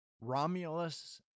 Romulus